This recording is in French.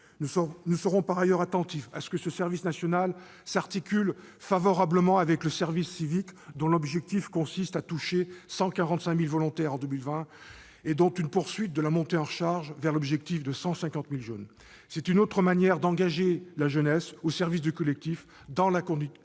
Nous serons par ailleurs attentifs à ce que ce service national s'articule favorablement avec le service civique, dont l'objectif consiste à toucher 145 000 volontaires en 2020, avec une poursuite de la montée en charge vers l'objectif de 150 000 jeunes. C'est une autre manière d'engager la jeunesse au service du collectif dans la continuité